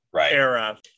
era